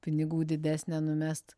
pinigų didesnę numest